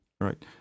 Right